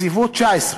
תוקצבו 19,